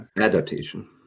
adaptation